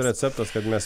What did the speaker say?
receptas kad mes